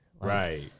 Right